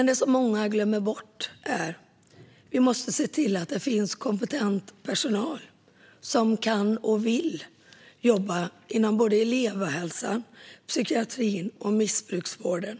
Det som många glömmer bort är att vi måste se till att det finns kompetent personal som kan och vill jobba inom elevhälsan, psykiatrin och missbruksvården.